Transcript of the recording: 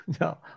no